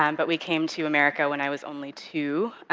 um but we came to america when i was only two.